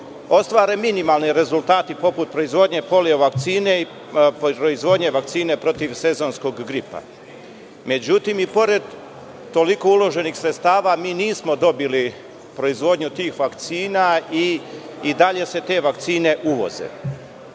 ostvare minimalni rezultati poput proizvodnje polio vakcine i proizvodnje vakcine protiv sezonskog gripa. Međutim, i pored toliko uloženih sredstava, mi nismo dobili proizvodnju tih vakcina i i dalje se te vakcine uvoze. Ono